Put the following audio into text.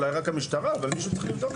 אלי רק המשטרה אבל מישהו צריך לבדוק את זה.